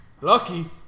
Lucky